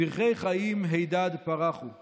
פרחי חיים הידד פרחו /